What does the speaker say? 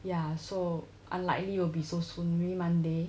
ya so unlikely will be so soon maybe monday